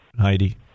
Heidi